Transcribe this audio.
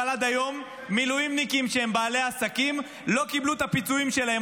אבל עד היום מילואימניקים שהם בעלי עסקים לא קיבלו את הפיצויים שלהם.